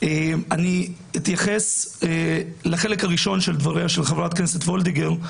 אני אתייחס לחלק הראשון של דבריה של חברת הכנסת וולדיגר,